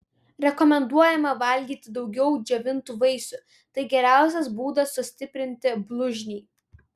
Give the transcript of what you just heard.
rekomenduojame valgyti daugiau džiovintų vaisių tai geriausias būdas sustiprinti blužnį